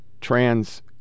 trans